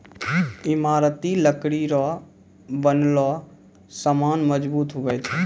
ईमारती लकड़ी रो बनलो समान मजबूत हुवै छै